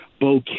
Bo